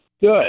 Good